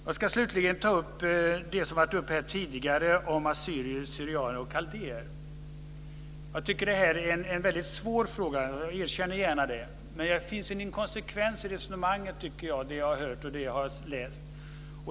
Jag ska slutligen ta upp det som har varit uppe här tidigare om assyrier, syrianer och kaldéer. Jag tycker att det är en väldigt svår fråga - jag erkänner gärna det. Det finns en inkonsekvens i de resonemang som jag har hört och läst.